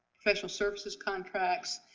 special services contracts,